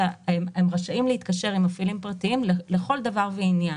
הם רשאים להתקשר עם מפעילים פרטיים לכל דבר ועניין.